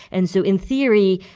and so, in theory,